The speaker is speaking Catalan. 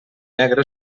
negre